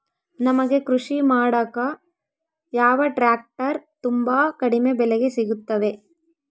ನಮಗೆ ಕೃಷಿ ಮಾಡಾಕ ಯಾವ ಟ್ರ್ಯಾಕ್ಟರ್ ತುಂಬಾ ಕಡಿಮೆ ಬೆಲೆಗೆ ಸಿಗುತ್ತವೆ?